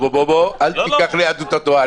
אל תיקח ליהדות התורה.